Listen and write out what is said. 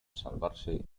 salvarse